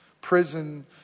prison